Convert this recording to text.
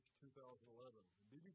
2011